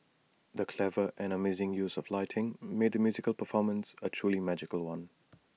the clever and amazing use of lighting made the musical performance A truly magical one